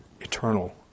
Eternal